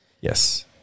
Yes